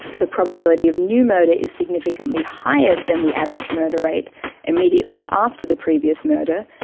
the probability of new murder is significantly higher than the average murder rate immediately after the previous murder,